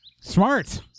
Smart